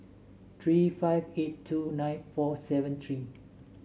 three five eight two nine four seven three